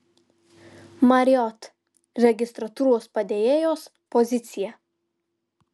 marriott registratūros padėjėjos pozicija